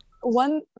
One